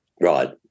Right